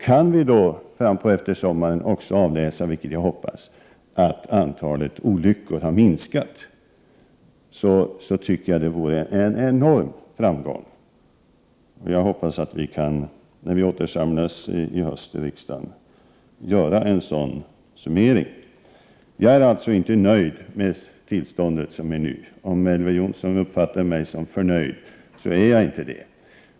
Kan vi också fram på eftersommaren — vilket jag hoppas — se att antalet olyckor minskat, tycker jag det vore en enorm framgång. Jag hoppas att när vi samlas i höst i riksdagen det skall vara möjligt att göra en sådan summering. Jag är alltså inte nöjd med tillståndet nu. Om Elver Jonsson uppfattar mig som förnöjd har han fel.